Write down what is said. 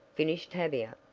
finished tavia,